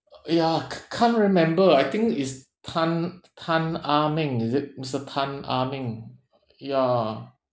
ya ca~ can't remember I think it's tan tan ah meng is it mister tan ah meng ya